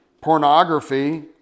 Pornography